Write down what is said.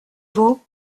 vous